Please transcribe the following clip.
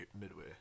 Midway